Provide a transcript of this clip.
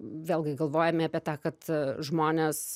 vėlgi galvojame apie tą kad žmonės